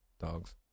dogs